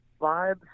vibes